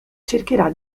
cercherà